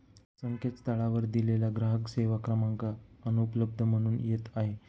संकेतस्थळावर दिलेला ग्राहक सेवा क्रमांक अनुपलब्ध म्हणून येत आहे